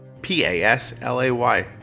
P-A-S-L-A-Y